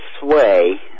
sway